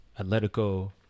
Atletico